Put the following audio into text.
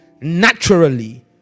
naturally